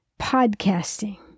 Podcasting